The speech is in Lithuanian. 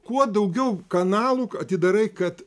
kuo daugiau kanalų atidarai kad